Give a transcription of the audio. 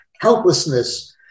helplessness